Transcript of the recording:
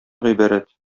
гыйбарәт